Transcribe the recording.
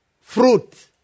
fruit